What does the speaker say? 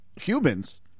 humans